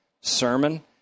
sermon